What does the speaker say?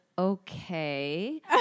Okay